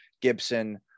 Gibson